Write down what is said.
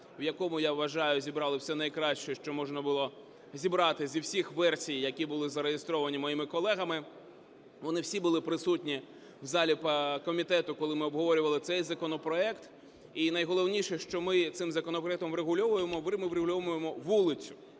в якому, я вважаю, зібрали все найкраще, що можна було зібрати зі всіх версій, які були зареєстровані моїми колегами, вони всі були присутні в залі, по комітету, коли ми обговорювали цей законопроект. І найголовніше, що ми цим законопроектом врегульовуємо, ми врегульовуємо вулицю.